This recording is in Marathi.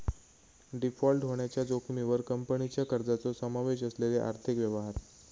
डिफॉल्ट होण्याच्या जोखमीवर कंपनीच्या कर्जाचो समावेश असलेले आर्थिक व्यवहार